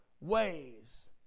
ways